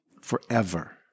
forever